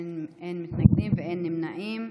אין מתנגדים ואין נמנעים.